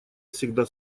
всегда